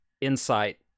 insight